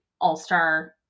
All-Star